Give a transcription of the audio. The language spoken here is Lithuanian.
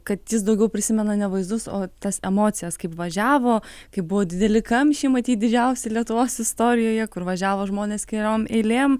kad jis daugiau prisimena ne vaizdus o tas emocijas kaip važiavo kai buvo dideli kamščiai matyt didžiausi lietuvos istorijoje kur važiavo žmonės keliom eilėm